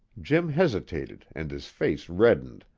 jim hesitated, and his face reddened,